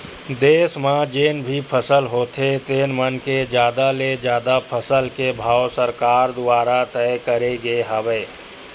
देस म जेन भी फसल होथे तेन म के जादा ले जादा फसल के भाव सरकार दुवारा तय करे गे हवय